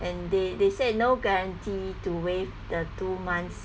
and they they said no guarantee to waive the two months